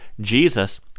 Jesus